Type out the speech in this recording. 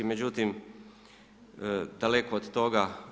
Međutim, daleko od toga.